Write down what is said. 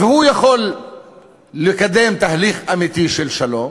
והוא יכול לקדם תהליך אמיתי של שלום,